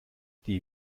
die